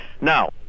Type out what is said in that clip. Now